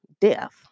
death